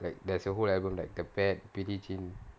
like there's a whole album like the bad beauty chin